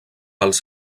els